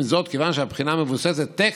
עם זאת, כיוון שהבחינה מבוססת טקסט,